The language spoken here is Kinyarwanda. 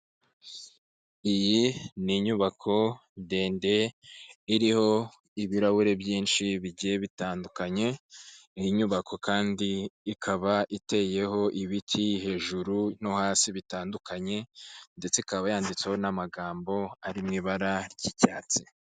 Iyi ni inyubako ndende iriho ibirahure byinshi bigiye bitandukanye, iyi nyubako kandi ikaba iteyeho ibiti hejuru no hasi bitandukanye, ndetse ikaba yanditseho n'amagambo ari mu ibara ry'icyatsi.